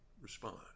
respond